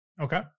Okay